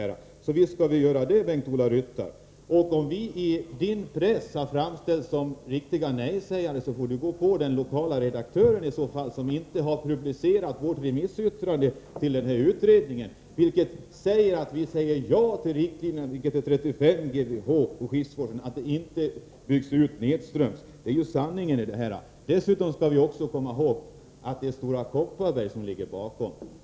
Om vi i Bengt-Ola Ryttars press har framställts såsom riktiga nejsägare, får Bengt-Ola Ryttar gå på den lokale redaktören, som inte har publicerat vårt remissyttrande till utredningen. Av yttrandet framgår att vi säger ja till riktlinjerna och accepterar en utbyggnad till 35 GWh men ingen utbyggnad nedströms. Det är sanningen i detta sammanhang. Dessutom skall vi komma ihåg att Stora Kopparberg ligger bakom.